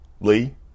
Lee